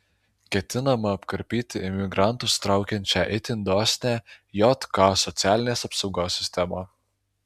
ketinama apkarpyti imigrantus traukiančią itin dosnią jk socialinės apsaugos sistemą